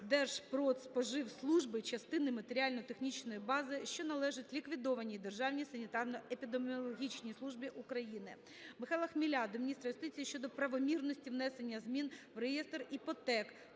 Держпродспоживслужби частини матеріально-технічної бази, що належить ліквідованій Державній санітарно-епідеміологічній службі України. Михайла Хміля до міністра юстиції щодо правомірності внесення змін в реєстр Іпотек,